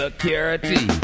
Security